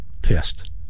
pissed